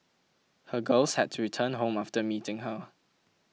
her girls had to return home after meeting her